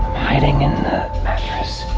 hiding in the mattress.